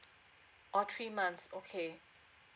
orh three months okay